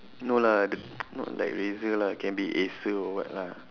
no lah not like razer lah can be acer or what lah